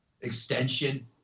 extension